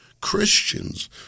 Christians